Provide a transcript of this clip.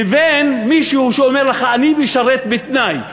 לבין מישהו שאומר לך: אני משרת בתנאי,